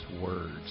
words